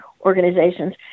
organizations